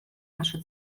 наши